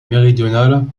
méridionale